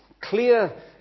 clear